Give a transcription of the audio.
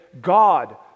God